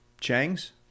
chang's